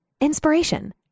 inspiration